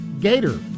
Gator